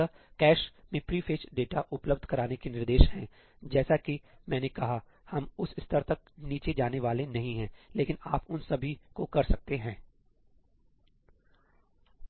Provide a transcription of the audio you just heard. अतः कैश में prefetch data उपलब्ध कराने के निर्देश हैं जैसा कि मैंने कहा हम उस स्तर तक नीचे जाने वाले नहीं हैं लेकिन आप उन सभी को कर सकते हैं